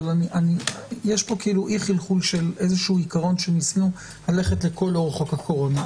אבל יש פה אי-חלחול של עיקרון שניסינו ללכת איתו לכל אורך חוק הקורונה.